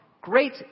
Great